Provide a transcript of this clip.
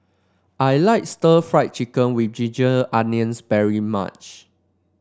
I like Stir Fried Chicken with Ginger Onions very much